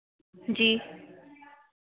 जी